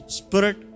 spirit